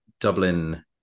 dublin